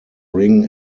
ring